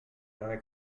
wäre